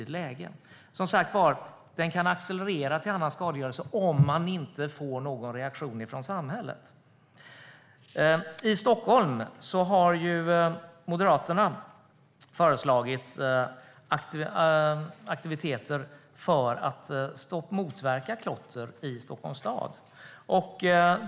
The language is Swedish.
Som sagt, den kan accelerera till annan skadegörelse om det inte blir någon reaktion från samhället. I Stockholm har Moderaterna föreslagit aktiviteter för att motverka klotter i Stockholms stad.